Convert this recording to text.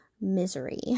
misery